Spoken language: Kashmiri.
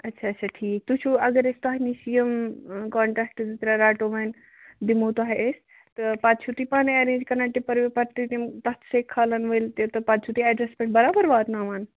اَچھا اَچھا ٹھیٖک تُہۍ چھُو اَگر أسۍ تۄہہِ نِش یِم کونٹیکٹس زٕ ترٛےٚ رَٹو وۅنۍ دِمو تۄہہِ أسۍ تہٕ پَتہٕ چھِو تُہۍ پانَے ایٚرینٛج کران ٹِپر وِپر تہِ تِم تَتھ سیٚکۍ کھالن وٲلۍ تہِ تہٕ پَتہٕ چھِو تُہۍ ایٚجس برابر واتناوان